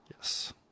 yes